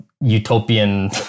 utopian